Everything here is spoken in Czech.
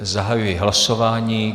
Zahajuji hlasování.